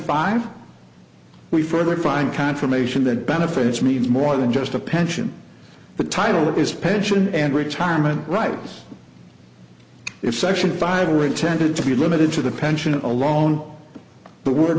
five we further find confirmation that benefits means more than just a pension but title is pension and retirement right if section five are intended to be limited to the pension alone the word